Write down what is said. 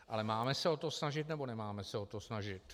Ale máme se o to snažit, nebo nemáme se o to snažit?